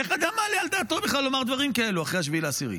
איך אדם מעלה על דעתו בכלל לומר דברים כאלו אחרי 7 באוקטובר?